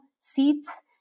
seats